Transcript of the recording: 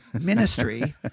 ministry